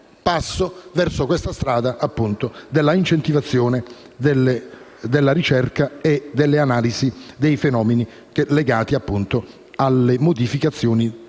passo verso la strada dell'incentivazione della ricerca e delle analisi dei fenomeni legati alle modificazioni